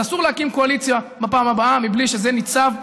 אז אסור להקים קואליציה בפעם הבאה מבלי שזה ניצב בבסיסה.